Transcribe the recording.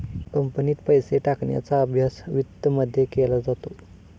कंपनीत पैसे टाकण्याचा अभ्यास वित्तमध्ये केला जातो